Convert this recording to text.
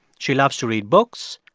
she loves to read books,